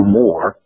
more